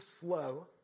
slow